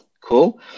cool